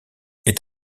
est